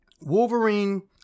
Wolverine